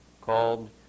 called